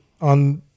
on